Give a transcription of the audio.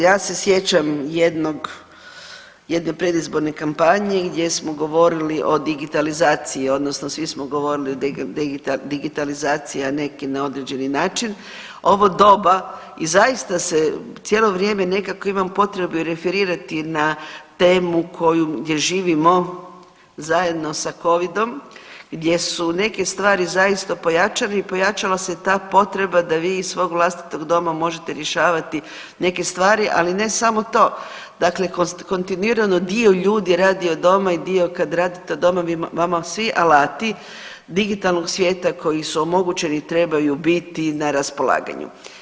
Ja se sjećam jednog, jedne predizborne kampanje gdje smo govorili o digitalizaciji, odnosno svi smo govorili o digitalizaciji, a neki na određeni način, ovo doba, i zaista se cijelo vrijeme, nekako imam potrebu i referirati na temu koju, gdje živimo zajedno sa Covidom gdje su neke stvari zaista pojačane i pojačala se ta potreba da vi iz svog vlastitog doma možete rješavati neke stvari, ali ne samo to, dakle kontinuirano dio ljudi radi od doma i dio, kad radite od doma, vama svi alati digitalnog svijeta koji su omogućeni, trebaju biti na raspolaganju.